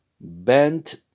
bent